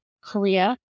Korea